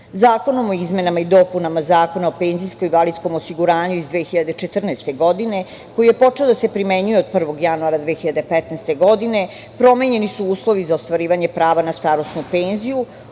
godine. Zakonom o izmenama i dopunama Zakona o penzijskom i invalidskom osiguranju iz 2014. godine, koji je počeo da se primenjuje od 1. januara 2015. godine, promenjeni su uslovi za ostvarivanje prava na starosnu penziju,